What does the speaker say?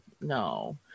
no